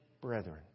brethren